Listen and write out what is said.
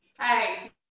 Hey